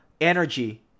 energy